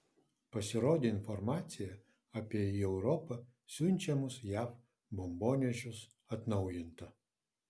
pasirodė informacija apie į europą siunčiamus jav bombonešius atnaujinta